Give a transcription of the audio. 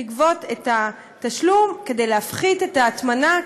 לגבות את התשלום כדי להפחית את ההטמנה,